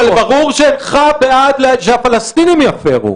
אבל ברור שאינך בעד שהפלסטינים יפרו.